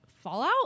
Fallout